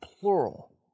plural